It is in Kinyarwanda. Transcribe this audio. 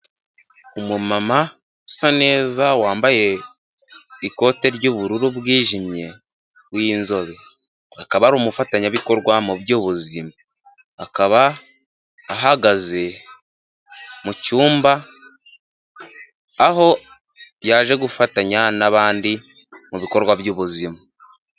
Umumama usa neza wambaye ikote ry'ubururu bwijimye w'inzobe, akaba ari umufatanyabikorwa mu by'ubuzima, akaba ahagaze mu cyumba aho yaje gufatanya n'abandi mu bikorwa by'ubuzima.